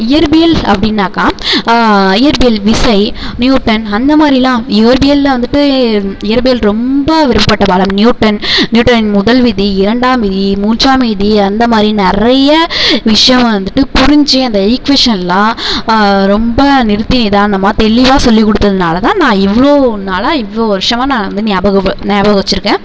இயற்பியல் அப்படின்னாக்கா இயற்பியல் விசை நியூட்டன் அந்த மாதிரில்லாம் இயற்பியல்ல வந்துட்டு இயற்பியல் ரொம்ப விருப்பப்பட்ட பாடம் நியூட்டன் நியூட்டனின் முதல் விதி இரண்டாம் விதி மூன்றாம் விதி அந்த மாதிரி நிறைய விஷயோம் வந்துட்டு புரிஞ்சு அந்த ஈக்குவேஷன்லாம் ரொம்ப நிறுத்தி நிதானமாக தெளிவாக சொல்லி கொடுத்ததுனாலதான் நான் இவ்வளோ நாளாக இவ்வளோ வருஷமாக நான் வந்து நியாபக ப நியாபகம் வச்சிருக்கேன்